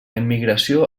immigració